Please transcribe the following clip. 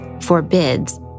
forbids